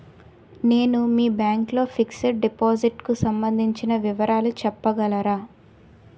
నేను మీ బ్యాంక్ లో ఫిక్సడ్ డెపోసిట్ కు సంబందించిన వివరాలు చెప్పగలరా?